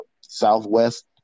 southwest